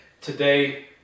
Today